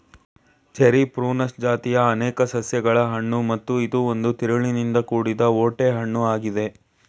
cherry prunus ಜಾತಿಯ ಅನೇಕ ಸಸ್ಯಗಳ ಹಣ್ಣು ಮತ್ತು ಇದು ಒಂದು ತಿರುಳಿನಿಂದ ಕೂಡಿದ ಓಟೆ ಹಣ್ಣು ಆಗಿದೆ